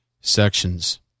Sections